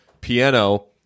piano